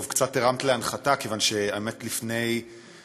טוב, קצת הרמת להנחתה, כיוון שהאמת, לפני שעה,